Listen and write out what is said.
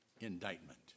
indictment